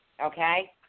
Okay